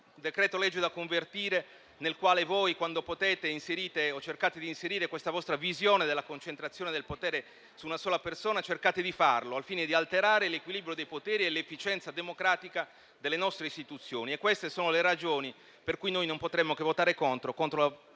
decreto-legge da convertire, nel quale voi potete inserire questa vostra visione della concentrazione del potere su una sola persona, allora cercate di farlo al fine di alterare l'equilibrio dei poteri e l'efficienza democratica delle nostre istituzioni. Queste sono le ragioni per cui noi non potremo che votare contro la